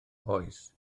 oes